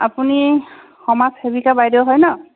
আপুনি সমাজ সেৱিকা বাইদেউ হয় নহ্